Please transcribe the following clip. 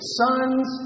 sons